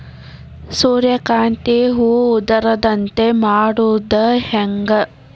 ಸೂರ್ಯಕಾಂತಿ ಹೂವ ಉದರದಂತೆ ಮಾಡುದ ಹೆಂಗ್?